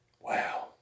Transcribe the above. Wow